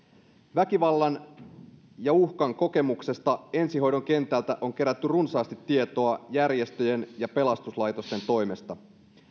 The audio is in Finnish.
väkivallan ja uhkan kokemuksesta ensihoidon kentältä on kerätty runsaasti tietoa järjestöjen ja pelastuslaitosten toimesta